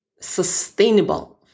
sustainable